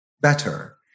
better